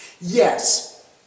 Yes